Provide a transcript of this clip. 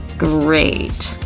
great.